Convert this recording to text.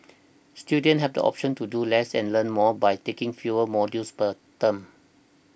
students have the option to do less and learn more by taking fewer modules per term